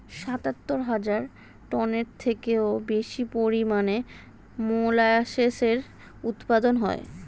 সাতান্ন হাজার টনের থেকেও বেশি পরিমাণে মোলাসেসের উৎপাদন হয়